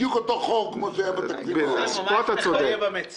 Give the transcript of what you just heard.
בדיוק אותו חור כמו שהיה בתקציב --- פה אתה צודק.